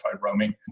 roaming